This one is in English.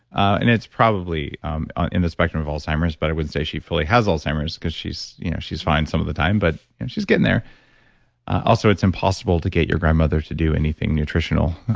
and it's probably in the spectrum of alzheimer's, but i wouldn't say she fully has alzheimer's because she's you know she's fine some of the time. but she's getting there also, it's impossible to get your grandmother to do anything nutritional.